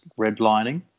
redlining